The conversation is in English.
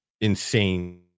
insane